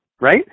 right